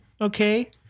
Okay